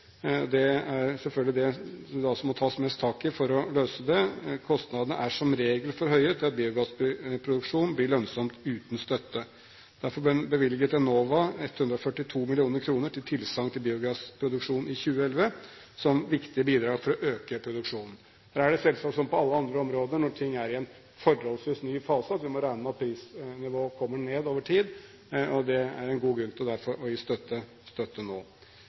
og det er prismessig. Det er selvfølgelig det som må tas mest tak i og løses. Kostnadene er som regel for høye til at biogassproduksjon blir lønnsomt uten støtte. Derfor bevilget Enova 142 mill. kr til tilsagn til biogassproduksjon i 2011, som viktige bidrag for å øke produksjonen. Her er det selvsagt som på alle andre områder når ting er i en forholdsvis ny fase: Vi må regne med at prisnivået går ned over tid, og det er derfor god grunn til å gi støtte nå.